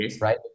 right